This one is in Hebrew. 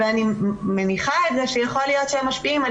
ואני מניחה שיכול להיות שהם משפיעים על